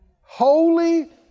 Holy